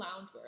loungewear